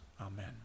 Amen